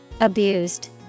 Abused